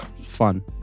fun